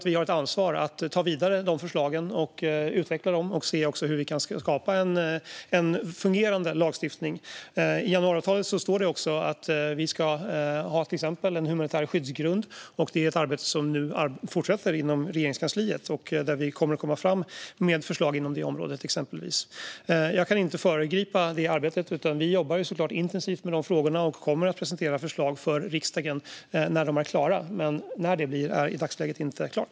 Vi har ett ansvar att ta vidare dessa förslag och utveckla dem och också se hur vi kan skapa en fungerande lagstiftning. I januariavtalet står det också att vi bland annat ska ha en humanitär skyddsgrund, och arbetet med att få fram förslag inom detta område fortsätter i Regeringskansliet. Jag kan inte föregripa detta arbete, men vi jobbar intensivt med dessa frågor och kommer att presentera förslag för riksdagen när de är klara. När detta blir är i dagsläget inte klart.